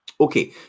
Okay